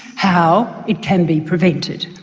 how it can be prevented.